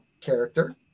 character